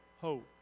hope